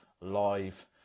live